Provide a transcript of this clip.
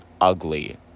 ugly